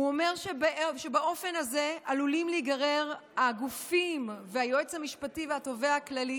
הוא אומר שבאופן הזה עלולים להיגרר הגופים והיועץ המשפטי והתובע הכללי